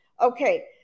Okay